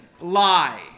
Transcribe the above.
lie